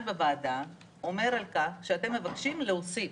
בוועדה עומד על כך שאתם מבקשים להוסיף,